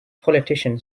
politician